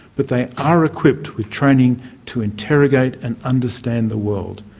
but they are equipped with training to interrogate and understand the world.